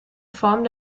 formen